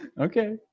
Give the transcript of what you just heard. Okay